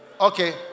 okay